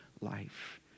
life